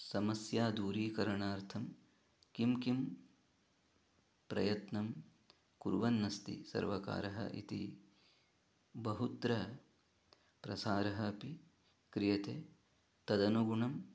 समस्या दूरीकरणार्थं किं किं प्रयत्नं कुर्वन्नस्ति सर्वकारः इति बहुत्र प्रसारः अपि क्रियते तदनुगुणम्